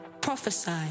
prophesy